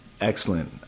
Excellent